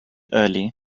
early